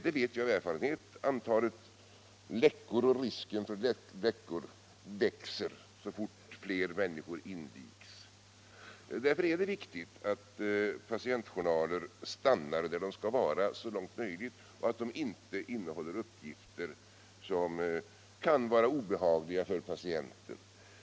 Vi vet av erfarenhet att antalet läckor och risken för läckor växer så fort fler människor invigs. Därför är det viktigt att patientjournaler stannar där de skall vara, så långt möjligt, och att de inte innehåller uppgifter som kan vara obehagliga för patienten.